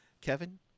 Kevin